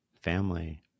family